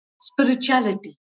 spirituality